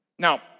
Now